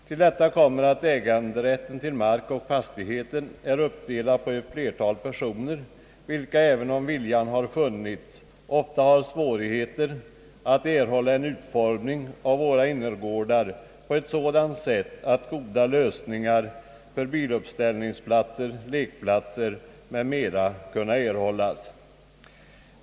Till detta kommer att äganderätten till mark och fastigheter är uppdelad på ett flertal personer, vilka även om viljan har funnits ofta har haft svårigheter att erhålla en utformning av våra innergårdar på ett sådant sätt att goda lösningar för biluppställningsplatser, lekplatser m.m. kunnat erhållas.